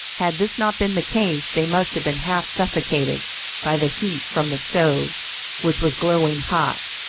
had this not been the case they must have been half suffocated by the heat from the stove which was glowing hot.